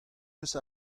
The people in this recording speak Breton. eus